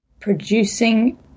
producing